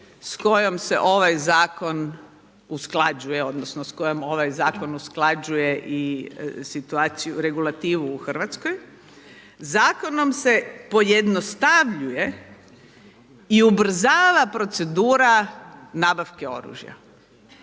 s kojom se ovaj zakon usklađuje odnosno s kojom ovaj zakon usklađuje i situaciju, regulativu u Hrvatskoj, zakonom se pojednostavljuje i ubrzava procedura nabavke oružja.